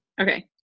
Okay